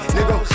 Nigga